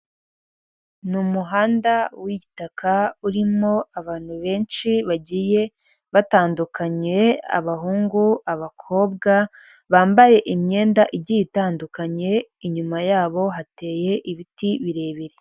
Ni umuhanda w'igitaka urimo abantu benshi bagiye batandukanye abahungu abakobwa bambaye imyenda igiye itandukanye, inyuma yabo hateye ibiti birebire.